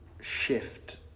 shift